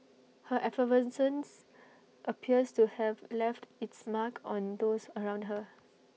her effervescence appears to have left its mark on those around her